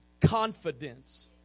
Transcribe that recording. confidence